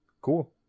cool